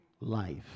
life